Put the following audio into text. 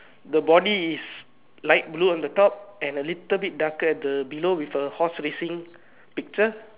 the body is light blue on the top and a little bit darker at the below with a horse racing picture